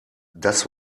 das